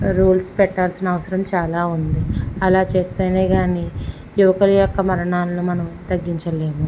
rules పెట్టాల్సిన అవసరం చాలా ఉంది అలా చేస్తేనే కానీ యువకుల యొక్క మరణాలను మనం తగ్గించలేము